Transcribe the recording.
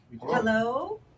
Hello